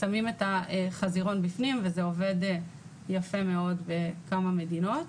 שמים את החזירון בפנים וזה עובד יפה מאוד בכמה מדינות.